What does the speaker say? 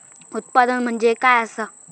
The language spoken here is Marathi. उत्पादन म्हणजे काय असा?